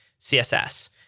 CSS